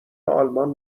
آلمان